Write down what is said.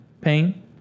pain